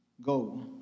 go